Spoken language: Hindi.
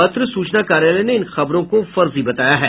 पत्र सूचना कार्यालय ने इन खबरों को फर्जी बताया है